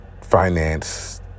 finance